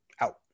out